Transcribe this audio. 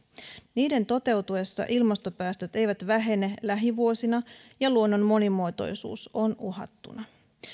niiden toteutuessa ilmastopäästöt eivät vähene lähivuosina ja luonnon monimuotoisuus on uhattuna